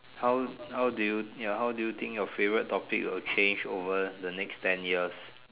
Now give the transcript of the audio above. how how do you ya how do you think your favourite topic will change over the next ten years